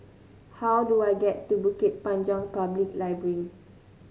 how do I get to Bukit Panjang Public Library